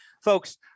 folks